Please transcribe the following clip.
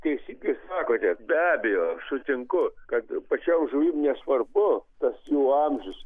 teisingai sakote be abejo sutinku kad pačiom žuvim nesvarbu tas jų amžius